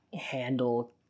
handle